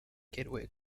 gateway